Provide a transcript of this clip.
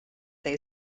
they